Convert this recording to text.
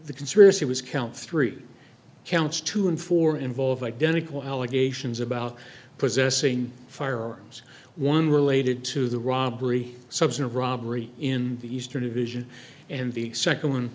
the conspiracy was count three counts two and four involve identical allegations about possessing firearms one related to the robbery subs in a robbery in the eastern vision and the second one